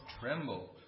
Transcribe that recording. tremble